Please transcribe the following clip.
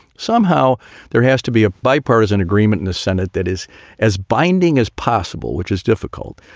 somehow there has to be a bipartisan agreement in the senate that is as binding as possible, which is difficult.